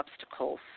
obstacles